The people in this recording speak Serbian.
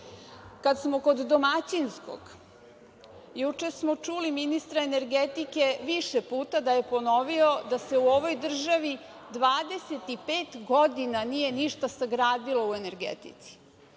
Kada smo kod domaćinskog, juče smo čuli ministra energetike više puta da je ponovio da se u ovoj državi 25 godina nije ništa sagradilo u energetici.